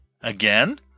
Again